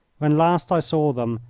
when last i saw them,